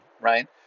right